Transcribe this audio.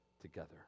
together